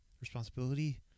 Responsibility